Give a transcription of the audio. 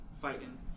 fighting